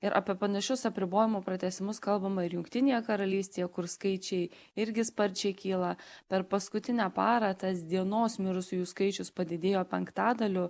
ir apie panašius apribojimų pratęsimus kalbama ir jungtinėje karalystėje kur skaičiai irgi sparčiai kyla per paskutinę parą tas dienos mirusiųjų skaičius padidėjo penktadaliu